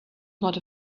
not